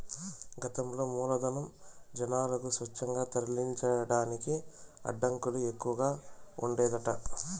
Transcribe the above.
గతంల మూలధనం, జనాలకు స్వేచ్ఛగా తరలించేదానికి అడ్డంకులు ఎక్కవగా ఉండేదట